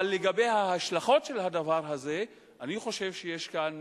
אבל לגבי ההשלכות של הדבר הזה, אני חושב שיש כאן